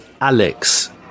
Alex